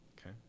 Okay